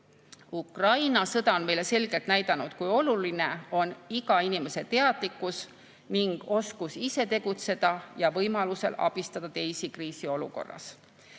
Ukraina sõda on meile selgelt näidanud, kui oluline on iga inimese teadlikkus ning oskus ise tegutseda ja võimalusel abistada teisi kriisiolukorras.